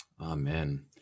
amen